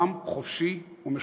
כאדם חופשי ומשוחרר.